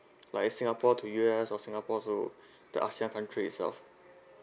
like singapore to U_S or singapore to the asia country itself